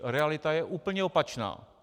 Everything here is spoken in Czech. Realita je úplně opačná!